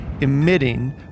emitting